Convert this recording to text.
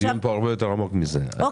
הדיון פה הרבה יותר עמוק מזה,